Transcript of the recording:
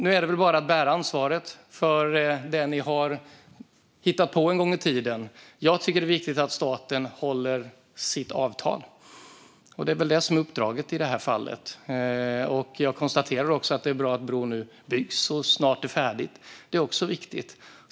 Nu är det väl bara att bära ansvaret för det ni har hittat på en gång i tiden. Jag tycker att det är viktigt att staten håller sitt avtal, och det är väl det som är uppdraget i det här fallet. Jag konstaterar också att det är bra att bron nu byggs och snart är färdig. Det är också viktigt.